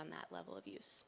on that level of use